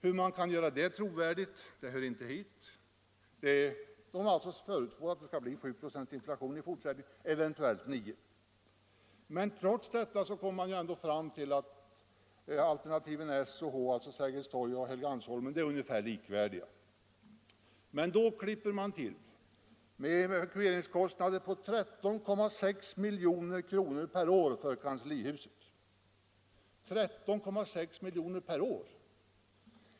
Hur man kan göra det trovärdigt hör inte hit; man förutspår bara att det skall bli 7 96 inflation i fortsättningen varje år, eventuellt 9 96. Men trots detta kommer man fram till att alternativen S och H — Sergels torg och Helgeandsholmen —- är ungefär likvärdiga. Då klipper man till med evakueringskostnader på 13,6 miljoner per år för kanslihuset — 13,6 miljoner per år!